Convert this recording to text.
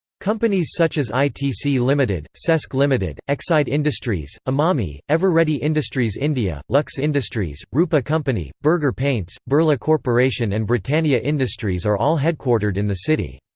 companies such as itc limited, so cesc limited, exide industries, emami, eveready industries india, lux industries, rupa company, berger paints, birla corporation and britannia industries are all headquartered in the city.